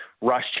rush